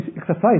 exercise